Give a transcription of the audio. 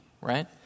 right